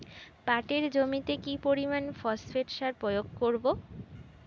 পাটের জমিতে কি পরিমান ফসফেট সার প্রয়োগ করব?